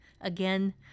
again